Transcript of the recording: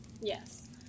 Yes